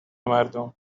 مردم